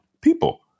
people